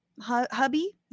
hubby